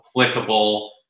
applicable